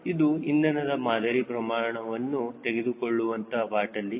ಇದು ಇಂಧನದ ಮಾದರಿ ಪ್ರಮಾಣವನ್ನು ತೆಗೆದಿಟ್ಟುಕೊಳ್ಳುವಂತಹ ಬಾಟಲಿ